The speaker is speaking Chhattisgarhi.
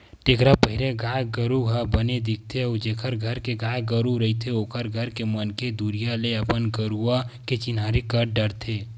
टेपरा पहिरे ले गाय गरु ह बने दिखथे अउ जेखर घर के गाय गरु रहिथे ओखर घर के मनखे दुरिहा ले अपन गरुवा के चिन्हारी कर डरथे